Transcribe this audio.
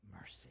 mercy